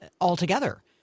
altogether